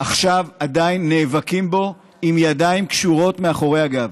עכשיו עדיין נאבקים בו עם ידיים קשורות מאחורי הגב.